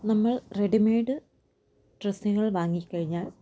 നമ്മൾ റേഡിമേഡ് ഡ്രസ്സുകൾ വാങ്ങിക്കഴിഞ്ഞാൽ